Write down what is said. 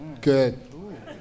good